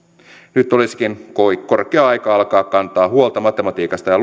nyt olisikin korkea aika alkaa kantaa huolta matematiikasta ja